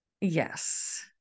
Yes